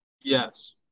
Yes